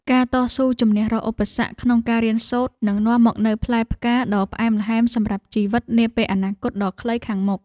ការតស៊ូជម្នះរាល់ឧបសគ្គក្នុងការរៀនសូត្រនឹងនាំមកនូវផ្លែផ្កាដ៏ផ្អែមល្ហែមសម្រាប់ជីវិតនាពេលអនាគតដ៏ខ្លីខាងមុខ។